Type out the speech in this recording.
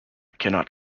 cannot